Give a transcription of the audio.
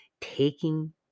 taking